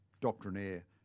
doctrinaire